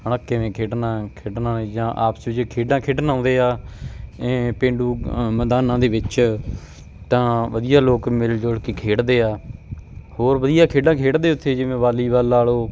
ਹੈ ਨਾ ਕਿਵੇਂ ਖੇਡਣਾ ਖੇਡਣਾ ਜਾਂ ਆਪਸ ਵਿੱਚ ਖੇਡਾਂ ਖੇਡਣ ਆਉਂਦੇ ਆ ਪੇਂਡੂ ਮੈਦਾਨਾਂ ਦੇ ਵਿੱਚ ਤਾਂ ਵਧੀਆ ਲੋਕ ਮਿਲ ਜੁਲ ਕੇ ਖੇਡਦੇ ਆ ਹੋਰ ਵਧੀਆ ਖੇਡਾਂ ਖੇਡਦੇ ਉੱਥੇ ਜਿਵੇਂ ਵਾਲੀਬਾਲ ਲਾ ਲਓ